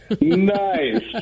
Nice